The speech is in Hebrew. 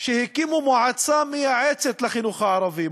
שהקימו מועצה מייעצת לחינוך הערבי.